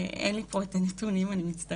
אין לי פה את הנתונים, אני מצטערת.